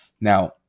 Now